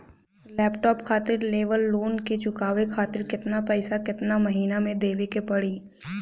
Laptop खातिर level loan के चुकावे खातिर केतना पैसा केतना महिना मे देवे के पड़ी?